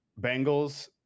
Bengals